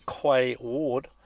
Quay-Ward